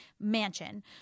mansion